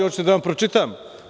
Hoćete da vam pročitam.